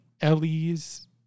Ellie's